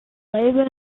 labour